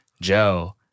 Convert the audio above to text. Joe